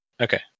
Okay